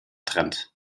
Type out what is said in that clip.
trennt